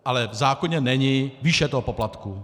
Ale v zákoně není výše poplatku.